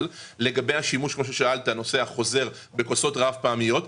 אבל, לגבי השימוש החוזר והגעה עם כוסות רב-פעמיות,